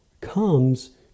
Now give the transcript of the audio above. comes